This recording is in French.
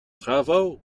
bravo